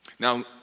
Now